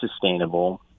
sustainable